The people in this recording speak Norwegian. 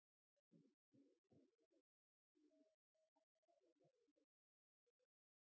men